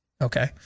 okay